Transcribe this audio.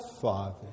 father